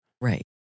Right